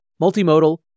multimodal